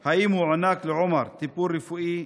2. האם הוענק לעומר טיפול רפואי?